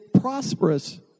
prosperous